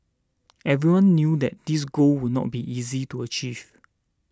everyone knew that this goal would not be easy to achieve